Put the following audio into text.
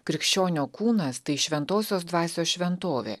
krikščionio kūnas tai šventosios dvasios šventovė